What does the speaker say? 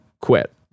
quit